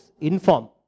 inform